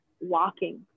walking